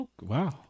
Wow